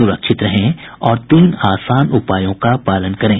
सुरक्षित रहें और इन तीन आसान उपायों का पालन करें